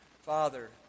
Father